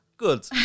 good